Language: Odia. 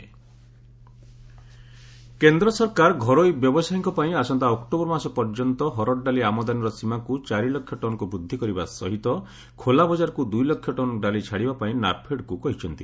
ପାଶଓ୍ୱାନ୍ ପଲସେସ୍ କେନ୍ଦ୍ର ସରକାର ଘରୋଇ ବ୍ୟବସାୟିଙ୍କ ପାଇଁ ଆସନ୍ତା ଅକ୍ଟୋବର ମାସ ପର୍ଯ୍ୟନ୍ତ ହରଡ଼ ଡାଲି ଆମଦାନିର ସୀମାକୁ ଚାରି ଲକ୍ଷ ଟନ୍କୁ ବୃଦ୍ଧି କରିବା ସହିତ ଖୋଲା ବଜାରକୁ ଦୁଇ ଲକ୍ଷ ଟନ୍ ଡାଲି ଛାଡ଼ିବା ପାଇଁ ନାଫେଡ୍କୁ କହିଛନ୍ତି